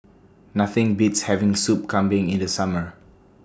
Nothing Beats having Soup Kambing in The Summer